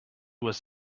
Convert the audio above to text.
was